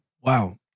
Wow